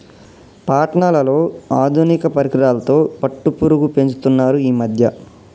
పట్నాలలో ఆధునిక పరికరాలతో పట్టుపురుగు పెంచుతున్నారు ఈ మధ్య